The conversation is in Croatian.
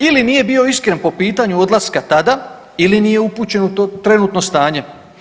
Ili nije bio iskren po pitanju odlaska tada ili nije upućen u to trenutno stanje.